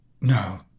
No